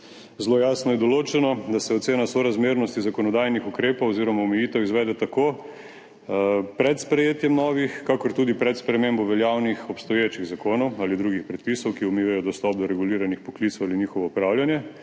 zelo jasno je določeno, da se ocena sorazmernosti zakonodajnih ukrepov oziroma omejitev izvede tako pred sprejetjem novih kakor tudi pred spremembo veljavnih obstoječih zakonov ali drugih predpisov, ki omejujejo dostop do reguliranih poklicev ali njihovo upravljanje.